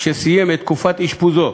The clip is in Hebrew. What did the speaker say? שסיים את תקופת אשפוזו.